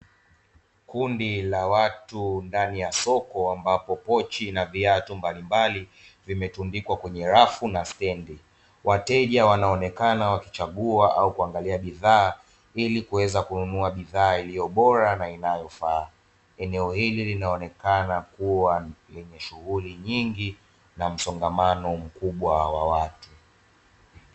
Kundi la watu ndani ya soko ambapo pochi na viatu mbalimbali, wateja wanaonekana wakichagua au kuangalia bidhaa ili kuweza kununua bidhaa iliyobora na inayofaa eneo hili linaonekana kuwa shughuli nyingi na msongamano mkubwa wa watu.